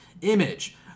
Image